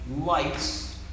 lights